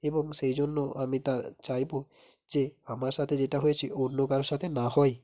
এবং সেই জন্য আমি তা চাইবো যে আমার সাথে যেটা হয়েছে অন্য কারোর সাথে না হয়